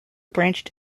branched